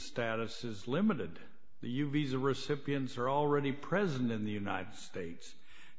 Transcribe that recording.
status is limited the you visa recipients are already present in the united states